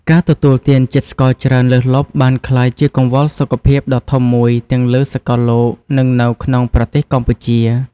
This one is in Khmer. ការទទួលទានជាតិស្ករច្រើនលើសលប់បានក្លាយជាកង្វល់សុខភាពដ៏ធំមួយទាំងលើសកលលោក និងនៅក្នុងប្រទេសកម្ពុជា។